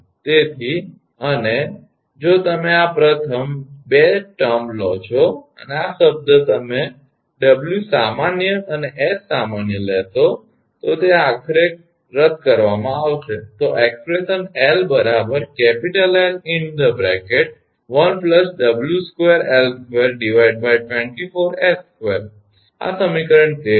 તેથી અને જો તમે આ પ્રથમ 2 શબ્દટર્મ લો છો અને આ શબ્દ તમે 𝑊 સામાન્ય અને 𝐻 સામાન્ય લેશો તો તે આખરે રદ કરવામાં આવશે આ અભિવ્યક્તિ 𝑙 𝐿1 𝑊2𝐿224𝐻2 આ સમીકરણ 13 છે